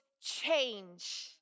change